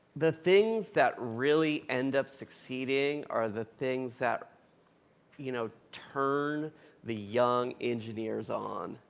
the things that really end up succeeding are the things that you know turn the young engineers on.